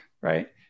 right